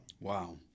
Wow